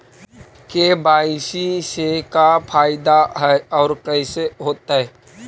KYC से का फायदा है और कैसे होतै?